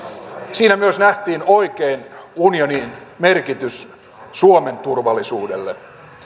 siinä myös nähtiin oikein unionin merkitys suomen turvallisuudelle